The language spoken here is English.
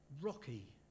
rocky